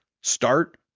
start